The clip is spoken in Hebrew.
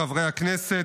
חברי הכנסת,